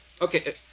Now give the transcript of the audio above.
Okay